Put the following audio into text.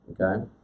Okay